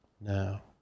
now